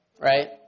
right